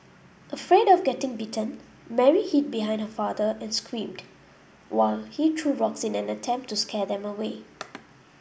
afraid of getting bitten Mary hid behind her father and screamed while he threw rocks in an attempt to scare them away